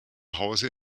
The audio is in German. hause